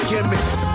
Gimmicks